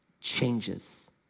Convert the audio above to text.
changes